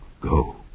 Go